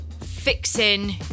fixing